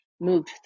moved